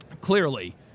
clearly